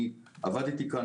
אני עבדתי בו.